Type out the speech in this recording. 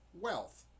Wealth